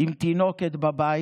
עם תינוקת בבית,